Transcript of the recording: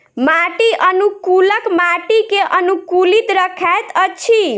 माटि अनुकूलक माटि के अनुकूलित रखैत अछि